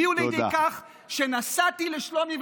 הביאו לידי כך שנסעתי לשלומי,